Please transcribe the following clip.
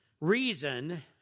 reason